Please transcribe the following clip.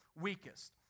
weakest